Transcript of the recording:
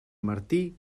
martí